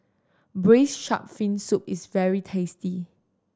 Braised Shark Fin Soup is very tasty